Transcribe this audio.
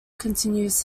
continues